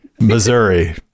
Missouri